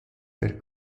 per